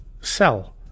cell